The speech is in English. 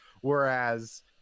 whereas